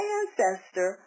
ancestor